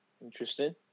Interesting